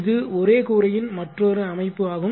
இது ஒரே கூரையின் மற்றொரு அமைப்பு ஆகும்